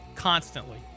constantly